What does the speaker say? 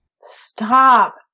Stop